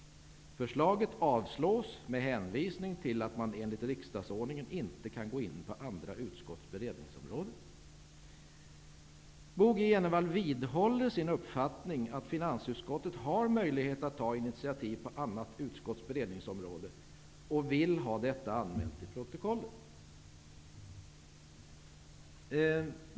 Förslaget avslås med hänvisning till att man enligt riksdagsordningen inte kan gå in på annnat utskotts beredningsområde. Bo G Jenevall vidhåller som sin uppfattning att finansutskottet har möjlighet att ta initiativ på annat utskotts beredningsområde och vill ha detta anmält till protokollet.''